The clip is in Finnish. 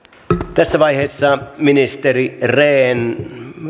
tässä vaiheessa ministeri rehn